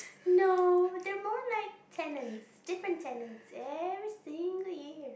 no they're more like tenants different tenants every single year